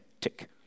Tick